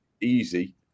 easy